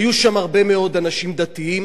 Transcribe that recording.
היו שם הרבה מאוד אנשים דתיים.